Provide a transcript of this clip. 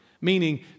meaning